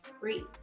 free